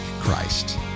Christ